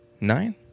nine